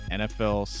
nfl